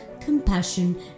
compassion